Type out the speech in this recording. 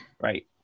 Right